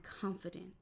confident